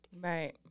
Right